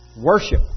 worship